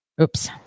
Oops